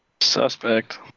Suspect